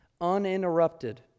uninterrupted